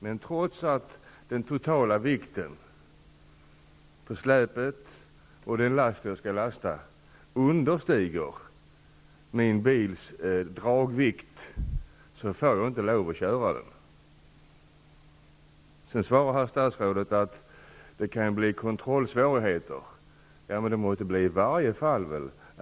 Men trots att den totala vikten på släpet och den last jag skall lasta understiger min bils dragvikt får jag inte köra med släpvagnen. Sedan svarade herr statsrådet att det kan bli kontrollsvårigheter. Det blir det väl i alla fall?